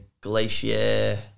glacier